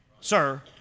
sir